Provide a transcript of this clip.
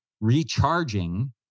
recharging